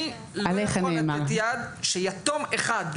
אני לא יכול לתת יד שיתום אחד,